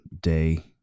day